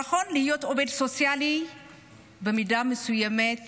נכון, להיות עובד סוציאלי במידה מסוימת